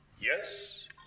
yes